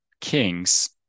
kings